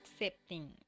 accepting